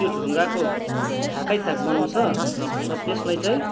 त्यो ढुङ्गाको थाकै थाक बनाउँछ र त्यसलाई चाहिँ